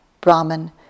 Brahman